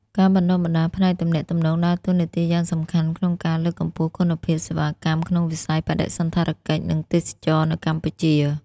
ការបណ្តុះបណ្តាលផ្នែកទំនាក់ទំនងដើរតួនាទីយ៉ាងសំខាន់ក្នុងការលើកកម្ពស់គុណភាពសេវាកម្មក្នុងវិស័យបដិសណ្ឋារកិច្ច និងទេសចរណ៍នៅកម្ពុជា។